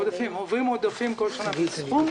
העודפים מועברים בכל שנה בסכום.